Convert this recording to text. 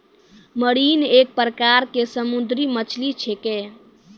marine एक प्रकार के समुद्री मछली छेकै